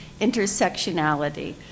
Intersectionality